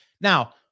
Now